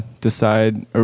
decide